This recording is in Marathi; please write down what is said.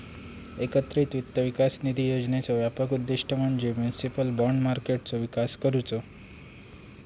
एकत्रित वित्त विकास निधी योजनेचा व्यापक उद्दिष्ट म्हणजे म्युनिसिपल बाँड मार्केटचो विकास करुचो